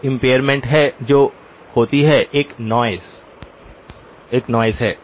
अब इम्पेरमेंट्स हैं जो होती हैं एक नॉइज़ है